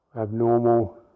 abnormal